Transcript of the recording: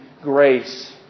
grace